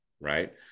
right